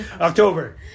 october